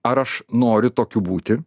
ar aš noriu tokiu būti